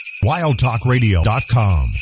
wildtalkradio.com